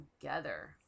together